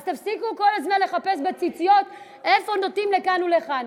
אז תפסיקו כל הזמן לבדוק בציציות איפה נוטים לכאן ולכאן.